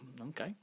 okay